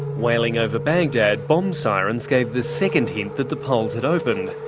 wailing over baghdad, bomb sirens gave the second hint that the polls had opened.